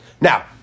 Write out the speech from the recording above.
Now